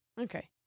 okay